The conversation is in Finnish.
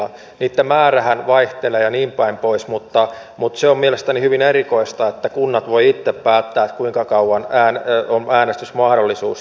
niitten määrähän vaihtelee ja niin päin pois mutta se on mielestäni hyvin erikoista että kunnat voivat itse päättää kuinka kauan on äänestysmahdollisuus